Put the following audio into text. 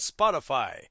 Spotify